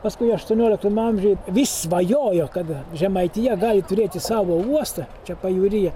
paskui aštuonioliktame amžiuj vis svajojo kad žemaitija gali turėti savo uostą čia pajūryje